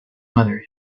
mother